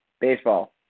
baseball